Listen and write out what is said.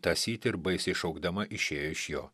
tąsyti ir baisiai šaukdama išėjo iš jo